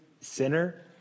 sinner